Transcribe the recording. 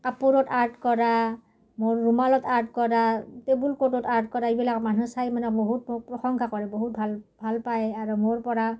কাপোৰত আৰ্ট কৰা মোৰ ৰুমালত আৰ্ট কৰা টেবুল ক্লথত আৰ্ট কৰা এইবিলাক মানুহ চাই মানে বহুত মোক প্ৰশংসা কৰে বহুত ভাল পায় আৰু মোৰ পৰা